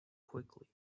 quickly